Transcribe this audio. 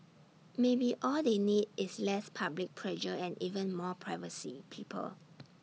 maybe all they need is less public pressure and even more privacy people